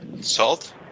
Salt